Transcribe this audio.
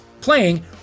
playing